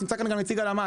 נמצא כאן גם נציג הלמ"ס,